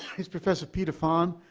is professor peter phan,